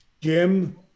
Jim